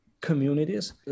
communities